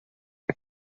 you